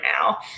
now